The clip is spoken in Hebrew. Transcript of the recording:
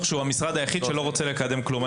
שהוא המשרד היחיד שלא רוצה לקדם כלום.